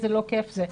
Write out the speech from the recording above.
איזה לא כיף זה.